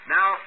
Now